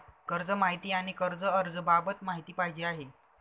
कर्ज माहिती आणि कर्ज अर्ज बाबत माहिती पाहिजे आहे